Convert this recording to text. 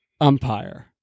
umpire